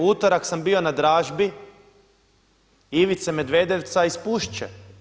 U utorak sam bio na dražbi Ivice Medvedevca iz Pušće.